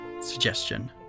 suggestion